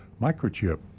microchip